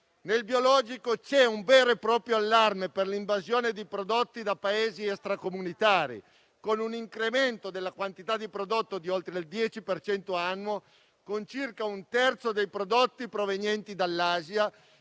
nel mondo - un vero e proprio allarme per l'invasione di prodotti da Paesi extracomunitari, con un incremento della quantità di prodotto di oltre il 10 per cento annuo e con circa un terzo dei prodotti provenienti dall'Asia,